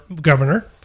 governor